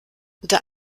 der